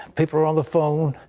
people are on the phone.